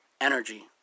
Energy